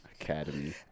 Academy